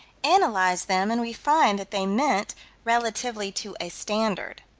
analyze them and we find that they meant relatively to a standard,